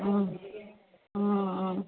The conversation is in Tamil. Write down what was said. ம் ம் ம்